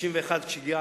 היינו